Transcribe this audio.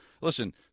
Listen